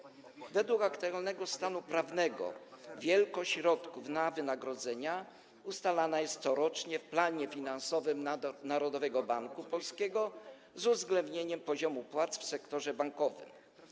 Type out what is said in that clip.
Według aktualnego stanu prawnego wielkość środków na wynagrodzenia ustalana jest corocznie w planie finansowym Narodowego Banku Polskiego, z uwzględnieniem poziomu płac w sektorze bankowym.